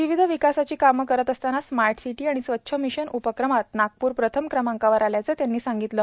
विविध विकासाची कामे करत असताना स्मार्ट सिटी व स्वच्छ मिशन उपक्रमात नागपूर प्रथम क्रमांकावर असल्याचे त्यांनी सांगितले